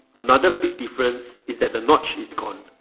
another big difference is that the notch is gone,